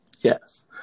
Yes